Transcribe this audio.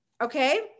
Okay